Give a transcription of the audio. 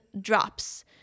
drops